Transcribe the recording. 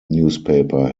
newspaper